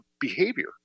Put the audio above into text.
behavior